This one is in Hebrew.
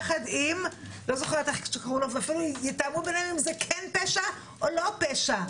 יתאמו אם זה כן פשע או לא פשע.